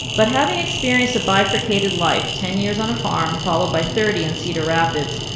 but having experienced a bifurcated life, ten years on a farm followed by thirty in cedar rapids,